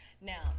now